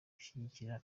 gushyigikira